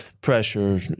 pressure